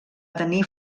tenir